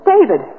David